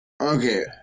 Okay